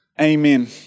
Amen